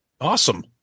Awesome